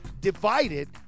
divided